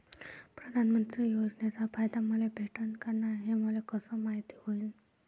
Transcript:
प्रधानमंत्री योजनेचा फायदा मले भेटनं का नाय, हे मले कस मायती होईन?